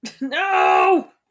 no